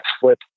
flip